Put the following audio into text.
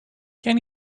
can